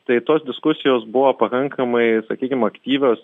tai tos diskusijos buvo pakankamai sakykim aktyvios